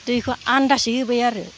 दैखौ आन्दासै होबाय आरो